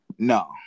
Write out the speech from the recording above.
No